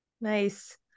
Nice